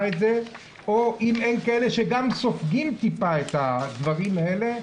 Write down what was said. את זה או אם אין כאלה שגם סופגים את הדברים האלה,